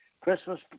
Christmas